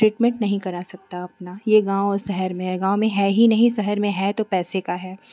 treatment नहीं करा सकता अपना ये गाँव और शहर में है गाँव में है ही नहीं शहर में है तो पैसे का है